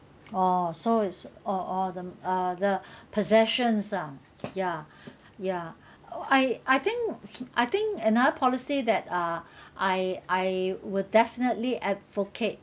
oh so is so oh oh the uh the possessions ah ya ya I I think I think another policy that uh I I will definitely advocate